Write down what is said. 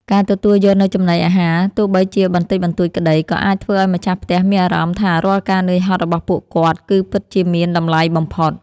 ការទទួលយកនូវចំណីអាហារទោះបីជាបន្តិចបន្តួចក្តី ក៏អាចធ្វើឱ្យម្ចាស់ផ្ទះមានអារម្មណ៍ថារាល់ការនឿយហត់របស់ពួកគាត់ គឺពិតជាមានតម្លៃបំផុត។